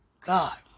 God